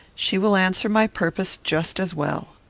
she will answer my purpose just as well.